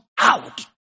out